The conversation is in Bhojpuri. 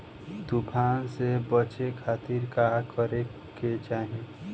तूफान से बचे खातिर का करे के चाहीं?